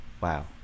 Wow